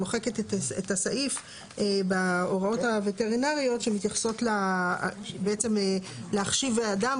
מוחקת את הסעיף בהוראות הווטרינריות שמתייחסות בעצם להחשיב אדם,